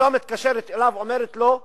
אשתו מתקשרת אליו ואומרת לו,